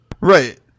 Right